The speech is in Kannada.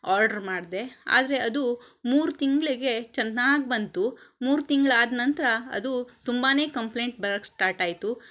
ಆರ್ಡರ್ ಮಾಡಿದೆ ಆದರೆ ಅದು ಮೂರು ತಿಂಗಳಿಗೆ ಚೆನ್ನಾಗಿ ಬಂತು ಮೂರು ತಿಂಗ್ಳು ಆದ ನಂತ್ರ ಅದು ತುಂಬನೇ ಕಂಪ್ಲೆಂಟ್ ಬರೋಕೆ ಸ್ಟಾರ್ಟ್ ಆಯಿತು